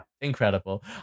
Incredible